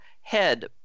head